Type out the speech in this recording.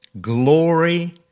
Glory